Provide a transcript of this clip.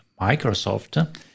Microsoft